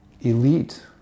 elite